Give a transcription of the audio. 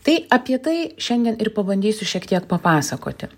tai apie tai šiandien ir pabandysiu šiek tiek papasakoti